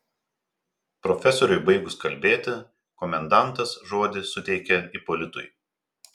profesoriui baigus kalbėti komendantas žodį suteikė ipolitui